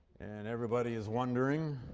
and everybody is wondering,